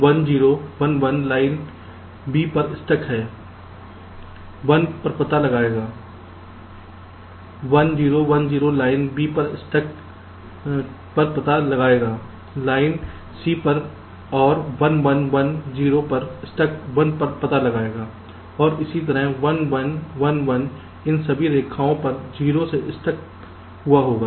1011लाइन B पर stuck पर1 पता लगाएगा लाइन C पर और 1 1 1 0 पर स्टक 1 का पता लगाएगा और इसी तरह 1 1 1 1 इन सभी रेखाओं पर 0 से स्टक हुआ होगा